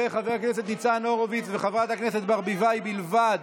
חבר הכנסת ניצן הורוביץ וחברת הכנסת ברביבאי בלבד,